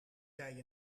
jij